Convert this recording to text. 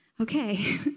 okay